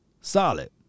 solid